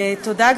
תודה,